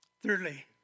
Thirdly